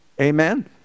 Amen